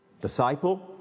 disciple